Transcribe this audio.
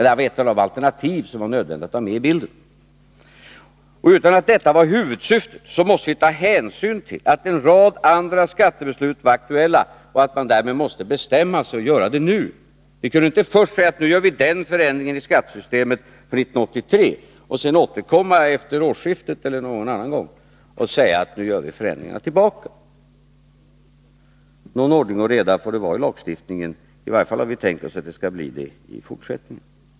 Det var ett av alternativen som det var nödvändigt att ta medi bilden. Utan att det var huvudsyftet måste vi ta hänsyn till att en rad andra skattebeslut var aktuella och att man därmed måste bestämma sig och göra det nu. Vi kunde inte säga att vi nu gör en förändring i skattesystemet för 1983, och sedan återkomma efter årsskiftet eller någon annan gång och säga att vi nu ändrar tillbaka. Någon ordning och reda får det vara i lagstiftningen —- i varje fall har vi tänkt oss att det skall bli så i fortsättningen.